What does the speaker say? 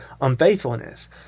unfaithfulness